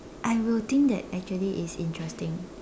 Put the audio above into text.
I will think that actually it is interesting